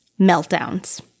meltdowns